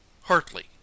Hartley